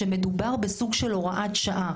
שמדובר בסוג של הוראת שעה,